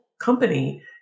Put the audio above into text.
company